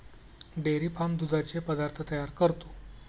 dairy farm दुधाचे पदार्थ तयार करतो